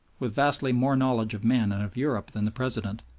with vastly more knowledge of men and of europe than the president,